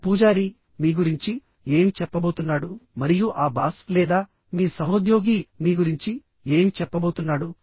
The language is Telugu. ఆ పూజారి మీ గురించి ఏమి చెప్పబోతున్నాడు మరియు ఆ బాస్ లేదా మీ సహోద్యోగి మీ గురించి ఏమి చెప్పబోతున్నాడు